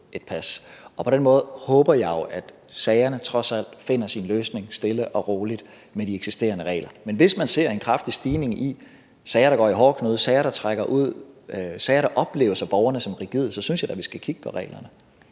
På den måde håber jeg jo, at sagerne trods alt finder deres løsning stille og roligt med de eksisterende regler. Men hvis man ser en kraftig stigning i antallet af sager, der går i hårdknude, sager, der trækker ud, og der er ting, der opleves af borgerne som rigide, så synes jeg da, vi skal kigge på reglerne.